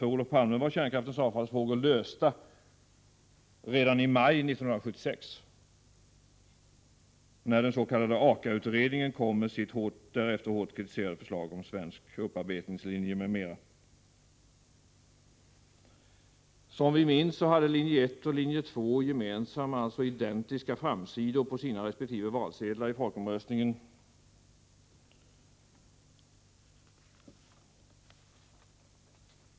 För Olof Palme var kärnkraftens avfallsfrågor ”lösta” redan i maj 1976, när den s.k. AKA-utredningen kom med sitt därefter hårt kritiserade förslag om en svensk upparbetningslinje m.m. Som vi minns hade linje 1 och linje 2 gemensamma, identiska framsidor på sina resp. valsedlar i folkomröstningen.